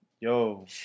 Yo